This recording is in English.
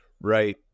Right